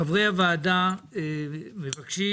חברי הוועדה מבקשים